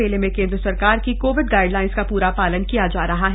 मेले में केन्द्र सरकार की कोविड गाईडलाइन्स का पूरा पालन किया जा रहा है